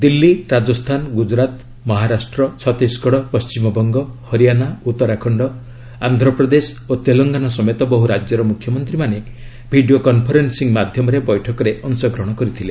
ଦିଲ୍ଲୀ ରାଜସ୍ଥାନ ଗୁଜରାତ ମହାରାଷ୍ଟ୍ର ଛତିଶଗଡ଼ ପଶ୍ଚିମବଙ୍ଗ ହରିଆଣା ଉତ୍ତରାଖଣ୍ଡ ଆନ୍ଧ୍ରପ୍ରଦେଶ ଓ ତେଲଙ୍ଗାନା ସମେତ ବହୁ ରାଜ୍ୟର ମୁଖ୍ୟମନ୍ତ୍ରୀମାନେ ଭିଡ଼ିଓ କନ୍ଫରେନ୍ସିଂ ମାଧ୍ୟମରେ ବୈଠକରେ ଅଶଗ୍ରହଣ କରିଥିଲେ